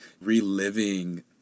reliving